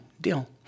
deal